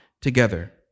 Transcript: together